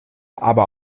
aber